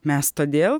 mes todėl